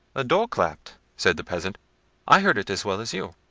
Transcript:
a door clapped, said the peasant i heard it as well as you.